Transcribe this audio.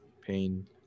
pain